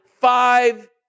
five